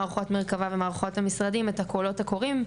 מערכות מרכבה ומערכות המשרדים את הקולות הקוראים,